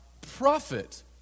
Prophet